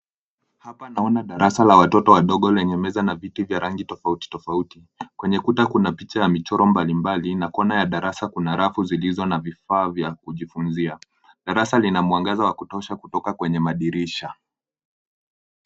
Hapa naona darasa la watoto wadogo lenye meza na viti vya rangi tofauti tofauti. Kwenye kuta kuna picha ya michoro mbalimbali na kona ya darasa kuna rafu zilizo na vifaa vya kujifunzia. Darasa lina mwangaza wa kutosha kutoka kwenye madirisha.